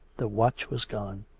the watch was gone.